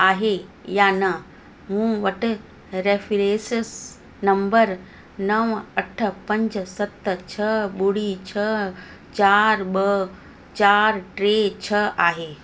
आहे यां न मूं वटि रेफरेसिस नम्बर नवं अठ पंज सत छह ॿुड़ी छ्ह चार ॿ चार टे छह आहे